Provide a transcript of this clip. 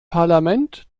parlament